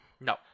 No